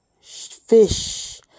fish